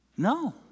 No